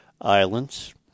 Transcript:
Islands